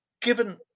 given